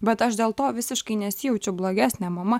bet aš dėl to visiškai nesijaučiu blogesnė mama